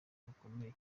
gukomera